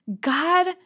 God—